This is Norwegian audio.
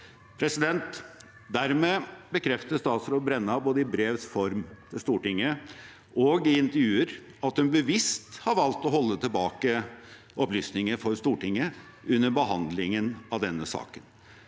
Dermed bekrefter statsråd Brenna, både i brevs form til Stortinget og i intervjuer, at hun bevisst har valgt å holde tilbake opplysninger for Stortinget under behandlingen av denne saken.